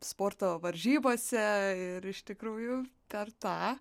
sporto varžybose ir iš tikrųjų per tą